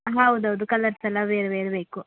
ಹೌದೌದು ಕಲರ್ಸ್ ಎಲ್ಲ ಬೇರೆ ಬೇರೆ ಬೇಕು